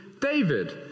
David